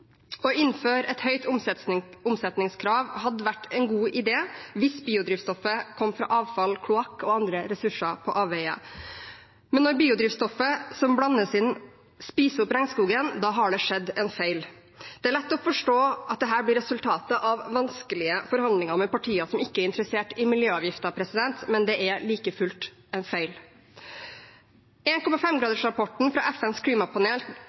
Å innføre et høyt omsetningskrav hadde vært en god idé hvis biodrivstoffet kom fra avfall, kloakk og andre ressurser på avveier. Men når biodrivstoffet som blandes inn, spiser opp regnskogen, har det skjedd en feil. Det er lett å forstå at dette blir resultatet av vanskelige forhandlinger med partier som ikke er interessert i miljøavgifter, men det er like fullt en feil. 1,5-gradersrapporten fra FNs klimapanel